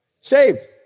Saved